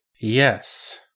Yes